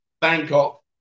Bangkok